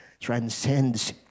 transcends